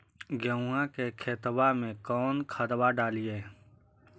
गेहुआ के खेतवा में कौन खदबा डालिए?